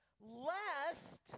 Lest